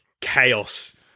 chaos